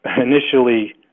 initially